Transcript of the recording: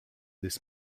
this